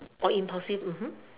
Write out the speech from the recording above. oh impulsive mmhmm